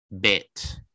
bit